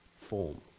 form